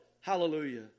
Hallelujah